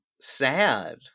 sad